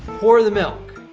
pour the milk.